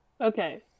Okay